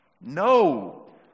No